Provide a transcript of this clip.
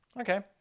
Okay